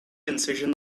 incision